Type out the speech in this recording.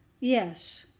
yes,